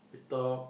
talk